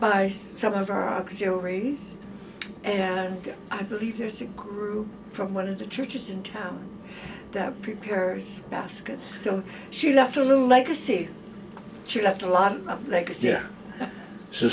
by some of our auxiliary and i believe there's a group from one of the churches in town that prepares baskets so she left a little legacy she left a lot of legacy yeah so